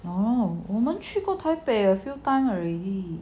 orh 我们去过 taipei a few time already